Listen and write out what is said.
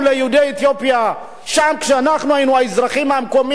האזרחים המקומיים אמרו לנו: לא נרשה לכם לחיות כאן,